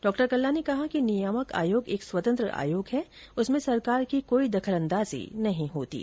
डा कल्ला ने कहा कि नियामक आयोग एक स्वतंत्र आयोग हैं उसमें सरकार की कोई दखलंदाजी नहीं होती है